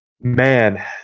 Man